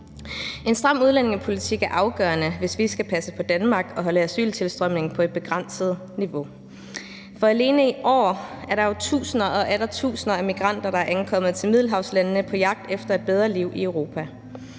En stram udlændingepolitik er afgørende, hvis vi skal passe på Danmark og holde asyltilstrømningen på et begrænset niveau. For alene i år er der jo tusinder og atter tusinder af migranter, der er ankommet til middelhavslandene på jagt efter et bedre liv i Europa.